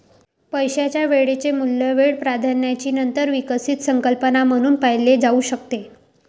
पैशाचे वेळेचे मूल्य वेळ प्राधान्याची नंतर विकसित संकल्पना म्हणून पाहिले जाऊ शकते